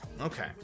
Okay